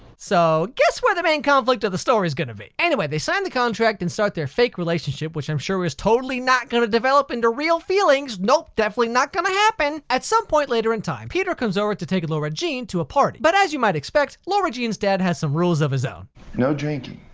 so. guess where the main conflict of the story's gonna be! anyway, they sign the contract and start their fake relationship, which i'm sure is totally not gonna develop into real feelings. nope! definitely not gonna happen at some point later in time! peter comes over to take lara jean to a party, but as you might expect lara jean's dad has some rules of his own. dr. covey no drinking,